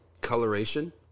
coloration